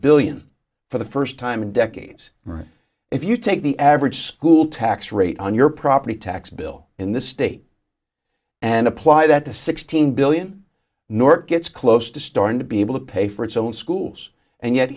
billion for the first time in decades right if you take the average school tax rate on your property tax bill in the state and apply that to sixteen billion north gets close to starting to be able to pay for its own schools and yet